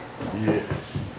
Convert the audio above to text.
Yes